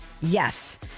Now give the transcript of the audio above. yes